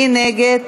מי נגד?